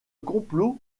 complot